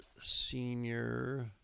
senior